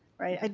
right.